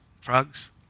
frogs